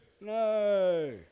No